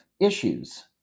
issues